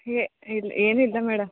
ಏ ಇಲ್ಲ ಏನಿಲ್ಲ ಮೇಡಮ್